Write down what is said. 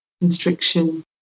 constriction